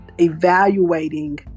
evaluating